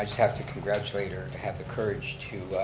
have to congratulate her to have the courage to